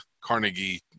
Carnegie